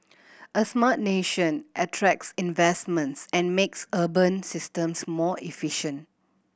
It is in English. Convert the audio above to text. a smart nation attracts investments and makes urban systems more efficient